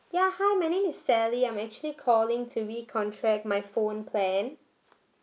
ya hi my name is sally I'm actually calling to recontract my phone plan